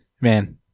man